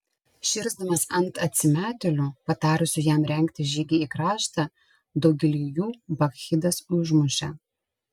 širsdamas ant atsimetėlių patarusių jam rengti žygį į kraštą daugelį jų bakchidas užmušė